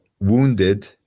wounded